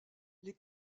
les